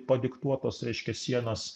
padiktuotos reiškia sienas